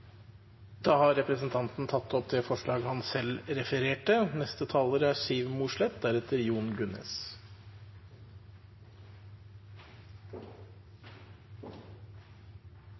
Da har representanten Tor André Johnsen tatt opp det forslaget han refererte til. Det er